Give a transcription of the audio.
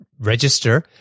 register